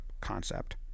concept